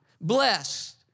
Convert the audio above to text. blessed